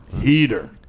heater